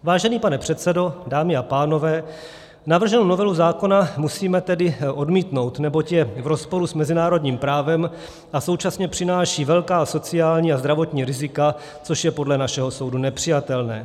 Vážený pane předsedo, dámy a pánové, navrženou novelu zákona musíme tedy odmítnout, neboť je v rozporu s mezinárodním právem a současně přináší velká sociální a zdravotní rizika, což je podle našeho soudu nepřijatelné.